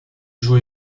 joue